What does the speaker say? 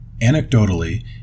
Anecdotally